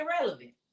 irrelevant